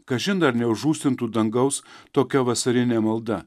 kažin ar neužrūstintų dangaus tokia vasarinė malda